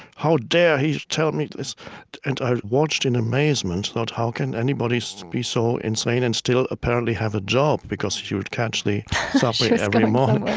how dare he tell me this and i watched in amazement. how can anybody so be so insane and still apparently have a job because she would catch the subway every morning